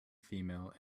female